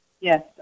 Yes